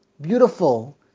beautiful